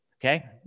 Okay